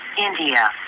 India